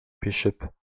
bishop